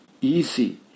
easy